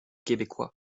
québécois